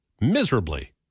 miserably